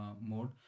mode